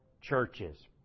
churches